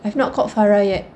I've not caught farah yet